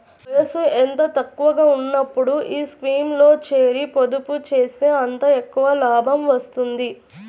వయసు ఎంత తక్కువగా ఉన్నప్పుడు ఈ స్కీమ్లో చేరి, పొదుపు చేస్తే అంత ఎక్కువ లాభం వస్తుంది